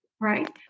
right